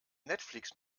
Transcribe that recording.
netflix